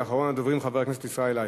ואחרון הדוברים, חבר הכנסת ישראל אייכלר.